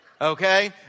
Okay